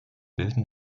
bilden